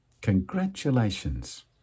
Congratulations